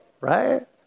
right